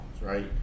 right